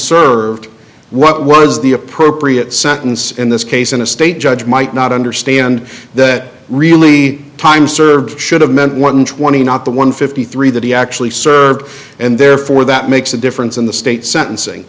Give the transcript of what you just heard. and what is the appropriate sentence in this case in a state judge might not understand that really time served should have meant one twenty not the one fifty three that he actually served and therefore that makes a difference in the state sentencing